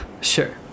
Sure